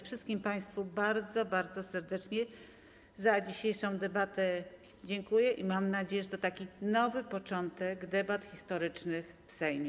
Wszystkim państwu bardzo, bardzo serdecznie za dzisiejszą debatę dziękuję i mam nadzieję, że to taki nowy początek debat historycznych w Sejmie.